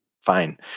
fine